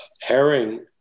Herring